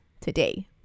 today